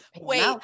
wait